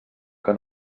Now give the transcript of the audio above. que